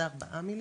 זה ארבעה מיליון,